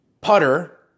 putter